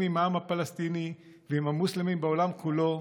עם העם הפלסטיני ועם המוסלמים בעולם כולו,